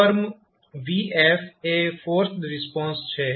term vf એ forced response છે